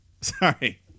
sorry